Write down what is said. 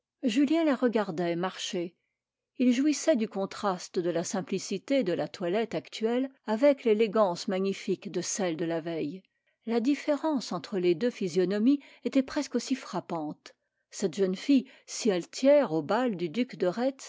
julien la regardait marcher il jouissait du contraste de la simplicité de sa toilette actuelle avec l'élégance magnifique de celle de la veille la différence entre les deux physionomies était presque aussi frappante cette jeune fille si altière au bal du duc de